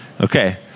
Okay